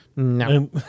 No